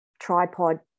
tripod